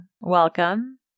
welcome